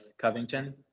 Covington